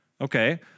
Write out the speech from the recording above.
Okay